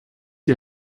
die